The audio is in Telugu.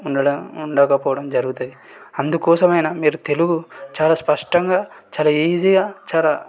ఉండడం ఉండకపోవడం జరుగుతుంది అందుకోసమైనా మీరు తెలుగు చాలా స్పష్టంగా చాలా ఈజీగా చాలా